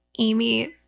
Amy